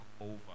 over